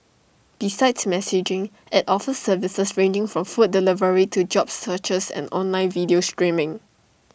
besides messaging IT offers services ranging from food delivery to job searches and online video streaming